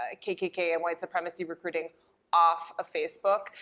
ah kkk and white supremacy recruiting off of facebook.